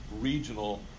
regional